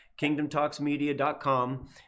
kingdomtalksmedia.com